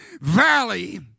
valley